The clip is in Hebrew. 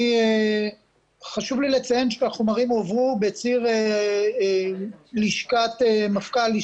חשוב לי לציין שהחומרים הועברו בציר לשכת מפכ"ל,